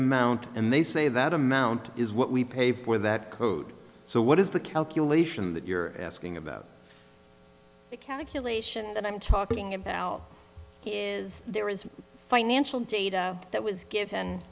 amount and they say that amount is what we pay for that code so what is the calculation that you're asking about the calculation that i'm talking about is there is financial data that was g